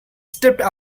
stepped